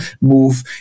move